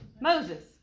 Moses